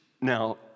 now